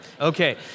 Okay